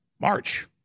March